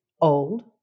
old